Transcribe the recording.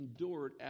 endured